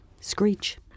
Screech